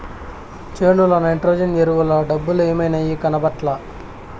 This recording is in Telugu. చేనుల నైట్రోజన్ ఎరువుల డబ్బలేమైనాయి, కనబట్లా